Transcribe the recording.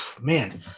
man